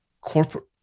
corporate